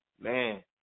man